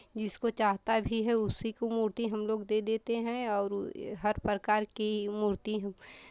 जिसको चाहता भी है उसी को मूर्ती हम लोग दे देते हैं और हर प्रकार की मूर्ती हम